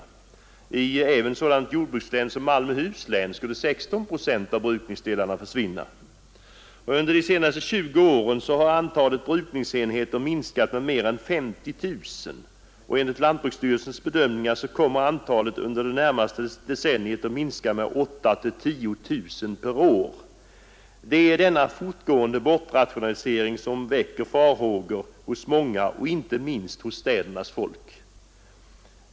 Även i ett sådant jordbrukslän som Malmöhus skulle 16 procent bort. Under de senaste 20 åren har antalet brukningsenheter minskat med mer än 50 000, och enligt lantbruksstyrelsens bedömningar kommer antalet under det närmaste decenniet att minska med 8000-10 000 per år. Det är denna fortgående bortrationalisering som väcker farhågor hos många — inte minst hos städernas folk.